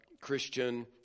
Christian